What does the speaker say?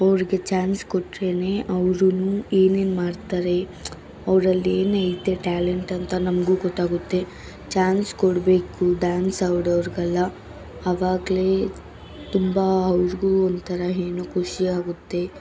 ಅವ್ರಿಗೆ ಚಾನ್ಸ್ ಕೊಟ್ರೆಯೇ ಅವ್ರೂ ಏನೇನು ಮಾಡ್ತಾರೆ ಅವರಲ್ಲಿ ಏನೈತೆ ಟ್ಯಾಲೆಂಟ್ ಅಂತ ನಮಗೂ ಗೊತ್ತಾಗುತ್ತೆ ಚಾನ್ಸ್ ಕೊಡಬೇಕು ಡ್ಯಾನ್ಸ್ ಆಡೋವ್ರಿಗೆಲ್ಲ ಅವಾಗಲೇ ತುಂಬ ಅವ್ರಿಗೂ ಒಂದು ಥರ ಏನೋ ಖುಷಿ ಆಗುತ್ತೆ